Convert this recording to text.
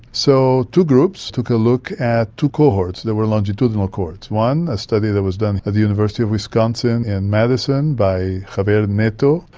so two groups took a look at two cohorts, they were longitudinal cohorts. one, a study that was done at the university of wisconsin in madison by javier nieto.